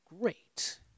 great